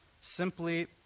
simply